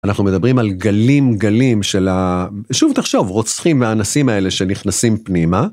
אנחנו מדברים על גלים גלים של, שוב, תחשוב, רוצחים ואנסים האלה שנכנסים פנימה.